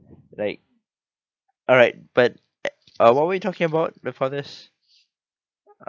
like alright but uh what were we talking about before this uh